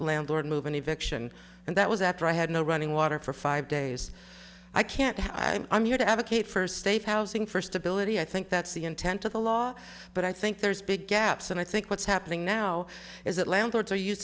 landlord move any victualling and that was after i had no running water for five days i can't i'm here to advocate for state housing for stability i think that's the intent of the law but i think there's big gaps and i think what's happening now is that landlords are